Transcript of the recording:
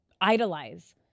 idolize